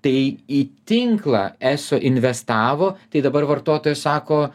tai į tinklą eso investavo tai dabar vartotojai sako